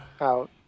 Out